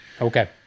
Okay